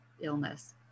illness